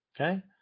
Okay